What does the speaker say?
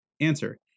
Answer